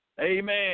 Amen